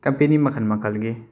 company ꯃꯈꯜ ꯃꯈꯜꯒꯤ